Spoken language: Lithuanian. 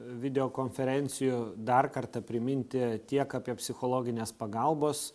video konferencijų dar kartą priminti tiek apie psichologinės pagalbos